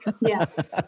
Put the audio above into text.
Yes